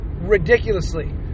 ridiculously